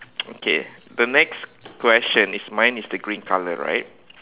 okay the next question is mine is the green color right